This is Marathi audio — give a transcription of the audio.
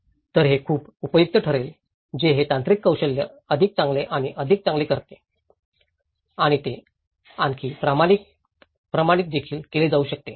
तर हे खूप उपयुक्त ठरेल जे हे तांत्रिक कौशल्य अधिक चांगले आणि अधिक चांगले करते आणि ते आणखी प्रमाणित देखील केले जाऊ शकते